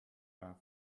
graph